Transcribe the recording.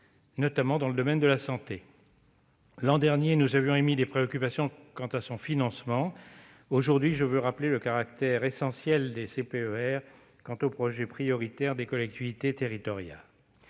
notamment dans le secteur de la santé. L'an dernier, nous avions exprimé des préoccupations quant à leur financement ; aujourd'hui, je veux rappeler le caractère primordial des CPER pour les projets prioritaires des collectivités territoriales.